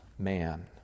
man